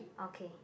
okay